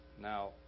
Now